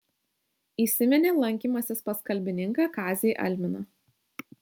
įsiminė lankymasis pas kalbininką kazį alminą